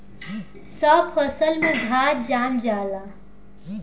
सब फसल में घास जाम जाला